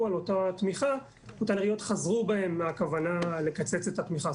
על אותה תמיכה אותן עיריות חזרו בהן מהכוונה לקצץ את התמיכה.